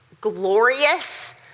glorious